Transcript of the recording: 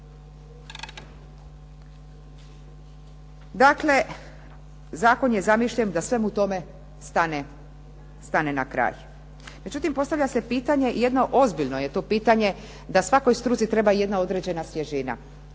Dakle, zakon je zamišljen da svemu tome stane na kraj. Međutim, postavlja se pitanje, jedno ozbiljno je to pitanje, da svakoj struci treba jedna određena svježina.